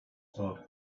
sword